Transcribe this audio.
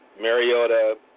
Mariota